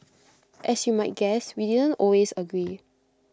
as you might guess we didn't always agree